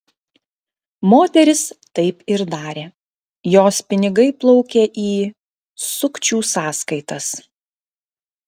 moteris taip ir darė jos pinigai plaukė į sukčių sąskaitas